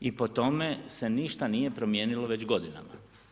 I po tome se ništa nije promijenilo već godinama.